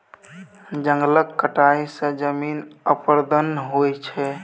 जंगलक कटाई सँ जमीनक अपरदन होइ छै